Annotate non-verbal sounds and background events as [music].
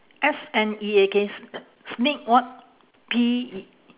S N E A K [noise] sneak what P E